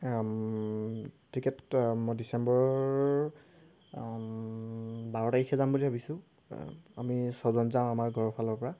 ticket মই ডিচেম্বৰৰ বাৰ তাৰিখে যাম বুলি ভাবিছোঁ আমি ছজন যাওঁ আমাৰ ঘৰৰ ফালৰপৰা